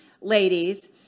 ladies